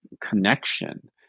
connection